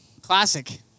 classic